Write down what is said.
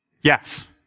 Yes